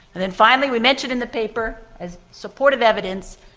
then finally we mentioned in the paper, as supportive evidence,